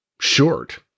short